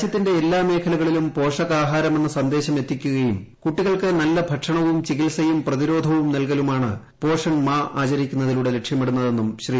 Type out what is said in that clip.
രാജ്യത്തിന്റെ എല്ലാ മേഖലകളിലും പോഷകാഹാരമെന്ന സന്ദേശം എത്തിക്കുകയും കുട്ടികൾക്ക് നല്ല ഭക്ഷണവും ചികിത്സയും പ്രതിരോധവും നൽകലുമാണ് പോഷൺ മാ ആചരിക്കുന്നതിലൂടെ ലക്ഷ്യമിടുന്നതെന്നും ശ്രീ